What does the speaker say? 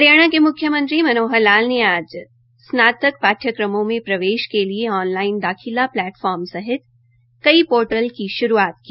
हरियाणा के म्ख्यमंत्री मनोहर लाल ने आज स्नातक पाठ्यक्रमों में प्रवेश के लिए ऑन लाइन प्लैटफार्म सहित कई पोर्टल की श्रूआत की